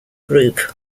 group